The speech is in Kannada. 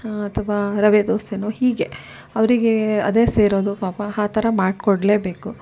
ಅಥವಾ ರವೆ ದೋಸೆನೋ ಹೀಗೆ ಅವರಿಗೆ ಅದೇ ಸೇರೋದು ಪಾಪ ಆ ಥರ ಮಾಡಿಕೊಡ್ಲೇಬೇಕು